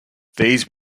these